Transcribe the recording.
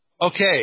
Okay